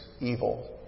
evil